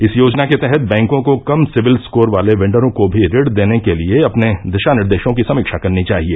इस योजना के तहत बैंकों को कम सिबिल स्कोर वाले वेंडरों को भी ऋण देने के लिए अपने दिशा निर्देशों की समीक्षा करनी चाहिए